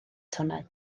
tonnau